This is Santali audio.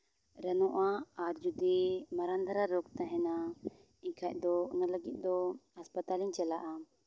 ᱨᱟᱱᱚᱜᱼᱟ ᱟᱨ ᱡᱩᱫᱤ ᱢᱟᱨᱟᱝ ᱫᱷᱟᱨᱟ ᱨᱳᱜᱽ ᱛᱟᱦᱮᱱᱟ ᱮᱱᱠᱷᱟᱡ ᱫᱚ ᱚᱱᱟ ᱞᱟᱹᱜᱤᱫ ᱫᱚ ᱦᱟᱥᱯᱟᱛᱟᱞᱤᱧ ᱪᱟᱞᱟᱜᱼᱟ